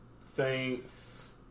Saints